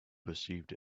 perceived